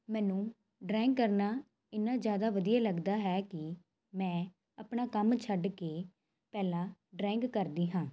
ਮੈਨੂੰ ਡਰਾਇੰਗ ਕਰਨਾ ਇੰਨਾ ਜ਼ਿਆਦਾ ਵਧੀਆ ਲੱਗਦਾ ਹੈ ਕਿ ਮੈਂ ਆਪਣਾ ਕੰਮ ਛੱਡ ਕੇ ਪਹਿਲਾਂ ਡਰਾਇੰਗ ਕਰਦੀ ਹਾਂ